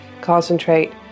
concentrate